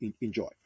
enjoy